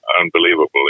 unbelievable